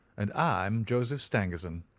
and i'm joseph stangerson,